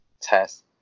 test